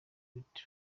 beauty